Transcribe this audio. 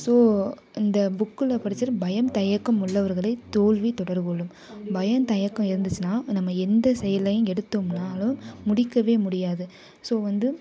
so இந்த புக்கில் படித்தது பயம் தயக்கம் உள்ளவர்களை தோல்வி தொடர் கொள்ளும் பயம் தயக்கம் இருந்துச்சுனா நம்ம எந்த செயலையும் எடுத்தோம்னாலும் முடிக்கவே முடியாது ஸோ வந்து